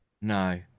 No